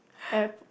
App